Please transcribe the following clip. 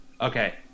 Okay